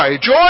joy